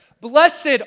Blessed